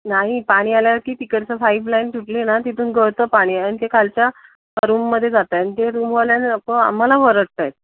नाही पाणी आलं की तिकडचं फाईपलाईन तुटली ना तिथून गळतं पाणी आणि ते खालच्या रूममध्ये जातं आहे न ते रूमवाले लोकं आम्हाला ओरडतायत